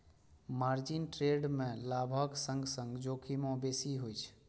margin trade मे लाभक संग संग जोखिमो बेसी होइ छै